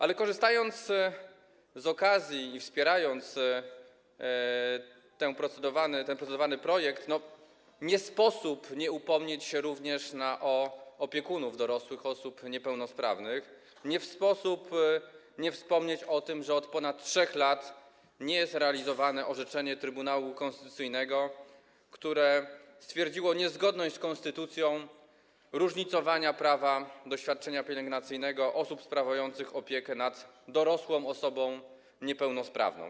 Ale korzystając z okazji i wspierając ten procedowany projekt, nie sposób nie upomnieć się również o opiekunów dorosłych osób niepełnosprawnych, nie w sposób nie wspomnieć o tym, że od ponad 3 lat nie jest realizowane orzeczenie Trybunału Konstytucyjnego, w którym stwierdzono niezgodność z konstytucją różnicowania prawa do świadczenia pielęgnacyjnego osób sprawujących opiekę nad dorosłą osobą niepełnosprawną.